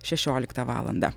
šešioliktą valandą